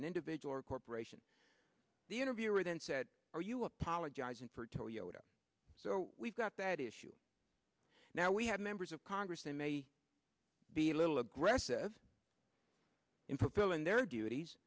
an individual or corporation the interviewer then said are you apologizing for toyota so we've got that issue now we have members of congress they may be a little aggressive in fulfilling their duties